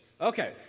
Okay